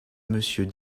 monsieur